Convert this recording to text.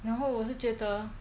然后我是觉得